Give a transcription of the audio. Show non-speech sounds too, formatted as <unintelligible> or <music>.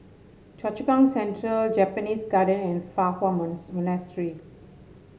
Choa Chu Kang Central Japanese Garden and Fa Hua <unintelligible> Monastery